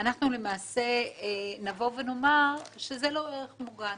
אנחנו למעשה נומר שזה לא ערך מוגן.